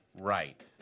Right